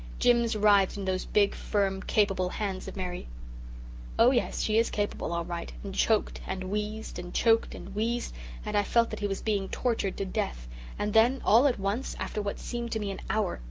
jims writhed in those big, firm, capable hands of mary oh yes, she is capable all right and choked and wheezed and choked and wheezed and i felt that he was being tortured to death and then all at once, after what seemed to me an hour,